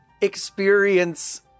experience